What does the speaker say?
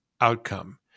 outcome